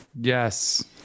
Yes